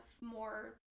more